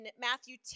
Matthew